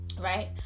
right